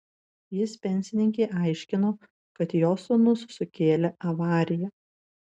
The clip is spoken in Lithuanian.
jis pensininkei aiškino kad jos sūnus sukėlė avariją